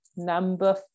Number